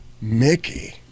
Mickey